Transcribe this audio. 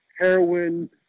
heroin